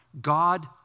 God